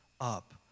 up